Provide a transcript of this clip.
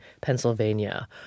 Pennsylvania